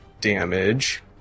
damage